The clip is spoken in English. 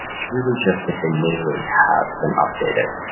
it's really just that the name has been updated.